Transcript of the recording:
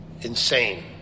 insane